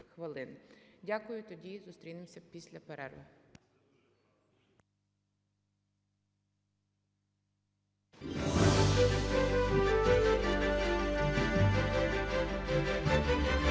Дякую. Тоді зустрінемося після перерви.